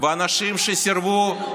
ואנשים שסירבו,